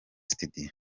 studio